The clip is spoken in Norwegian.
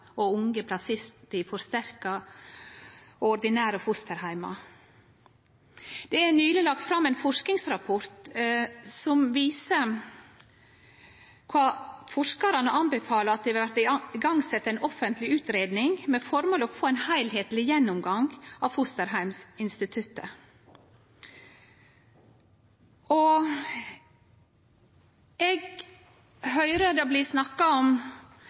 og unge som er plasserte i forsterka og ordinære fosterheimar. Det er nyleg lagt fram ein forskingsrapport som viser at forskarane anbefaler at det blir sett i gang ei offentleg utgreiing med formål å få ein heilskapleg gjennomgang av fosterheimsinstituttet. Eg høyrer det blir snakka om